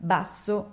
Basso